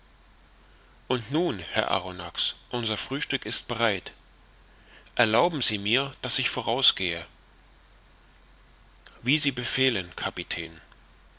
und nun herr arronax unser frühstück ist bereit erlauben sie mir daß ich vorausgehe wie sie befehlen kapitän